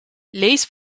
lees